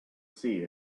see